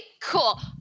cool